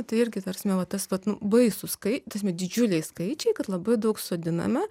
tai irgi ta prasme vat tas vat nu baisūs skaičiai ta prasme didžiuliai skaičiai kad labai daug sodiname